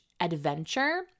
adventure